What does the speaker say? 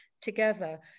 together